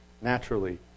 Naturally